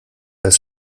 als